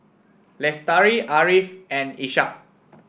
Lestari Ariff and Ishak